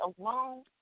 alone